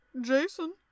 Jason